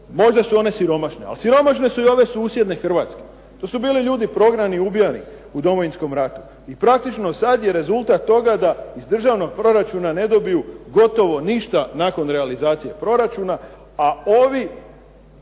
Možda su one siromašne. Ali siromašne i ove susjedne Hrvatske. To su bili ljudi prognani i ubijani u Domovinskom ratu. I praktično sada je rezultat toga da iz državnog proračuna ne dobiju gotovo ništa nakon realizacije proračuna. A ovi,